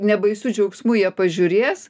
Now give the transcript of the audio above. nebaisiu džiaugsmu jie pažiūrės